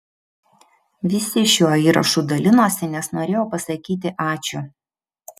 visi šiuo įrašu dalinosi nes norėjo pasakyti ačiū